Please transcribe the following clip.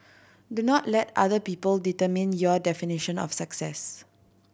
do not let other people determine your definition of success